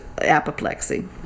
apoplexy